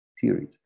theories